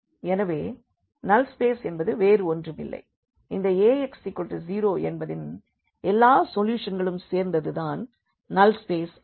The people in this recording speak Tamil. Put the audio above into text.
எனவே நல் ஸ்பேஸ் என்பது வேறு ஒன்றுமில்லை இந்த Ax0 என்பதின் எல்லா சொல்யூஷன்களும் சேர்ந்தது தான் நல் ஸ்பேஸ் ஆகும்